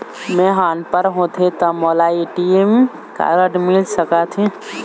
मैं ह अनपढ़ होथे ता मोला ए.टी.एम कारड मिल सका थे?